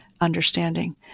understanding